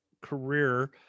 career